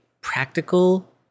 practical